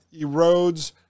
erodes